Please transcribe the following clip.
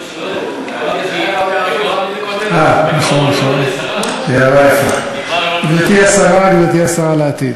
לא, אני שואל אם בקרוב תגיד לה "גברתי השרה".